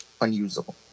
unusable